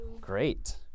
Great